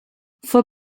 fue